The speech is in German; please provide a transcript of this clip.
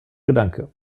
gedanke